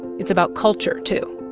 it's about culture, too